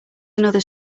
another